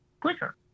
quicker